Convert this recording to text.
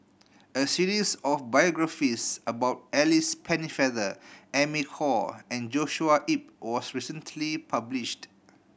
a series of biographies about Alice Pennefather Amy Khor and Joshua Ip was recently published